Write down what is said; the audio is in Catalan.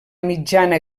mitjana